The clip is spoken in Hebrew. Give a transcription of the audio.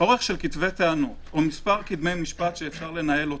אורך של כתבי תקנות או מספר כתבי משפט שאפשר לנהל אותם.